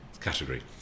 category